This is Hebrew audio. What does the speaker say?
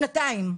שנתיים.